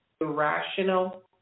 Irrational